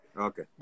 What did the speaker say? okay